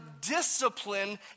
discipline